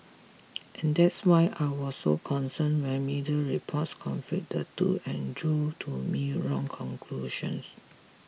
and that's why I was so concerned when media reports conflate the two and drew to me wrong conclusions